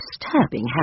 disturbing